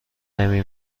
نمی